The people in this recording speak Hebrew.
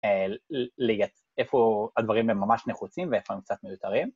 איפה הדברים הם ממש נחוצים ואיפה הם קצת מיותרים